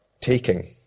taking